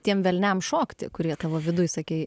tiem velniam šokti kurie tavo viduj sakei